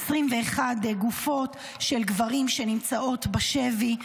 21 גופות של גברים שנמצאות בשבי.